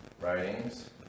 writings